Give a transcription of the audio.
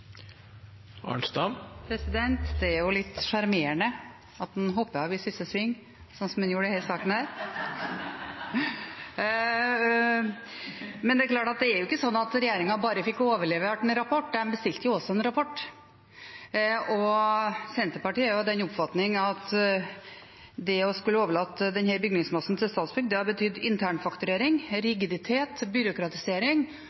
jo litt sjarmerende at en hopper av i siste sving, som en gjorde i denne saken. . Men det er ikke slik at regjeringen bare fikk overlevert en rapport. Den bestilte jo en rapport. Senterpartiet er av den oppfatning at det å overlate denne bygningsmassen til Statsbygg, ville betydd internfakturering,